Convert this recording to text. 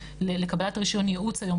לקבלת רישיון יעוץ היום,